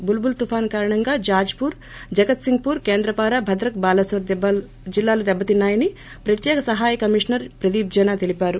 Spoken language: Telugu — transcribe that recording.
బుల్పుల్ తుఫాను కారణంగా జాజ్పూర్జగత్సింగ్పూర్కేంద్రపారాభద్రక్బాలనోర్ జిల్లాలు దెబ్బతిన్నా యని ప్రత్యేక సహాయ కమిషనర్ ప్రదీప్ జెనా తెలిపారు